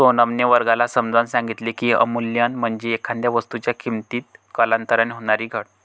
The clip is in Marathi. सोनमने वर्गाला समजावून सांगितले की, अवमूल्यन म्हणजे एखाद्या वस्तूच्या किमतीत कालांतराने होणारी घट